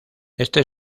este